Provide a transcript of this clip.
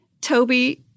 Toby